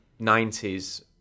90s